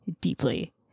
deeply